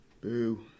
boo